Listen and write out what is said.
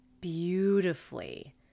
beautifully